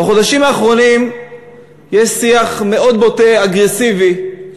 בחודשים האחרונים יש שיח מאוד בוטה, אגרסיבי,